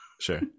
Sure